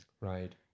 Right